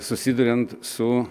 susiduriant su